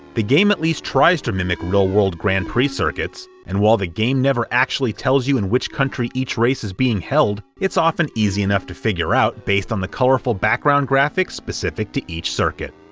the game at least tries to mimic real-world grand prix circuits, and while the game never actually tells you in which country each race is being held, it's often easy enough to figure out based on the colorful background graphics specific to each circuit.